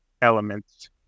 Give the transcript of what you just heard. Elements